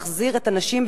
להחזיר את הנשים,